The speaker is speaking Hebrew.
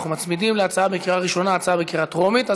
אנחנו מצמידים להצעה בקריאה ראשונה הצעה בקריאה טרומית.